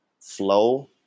flow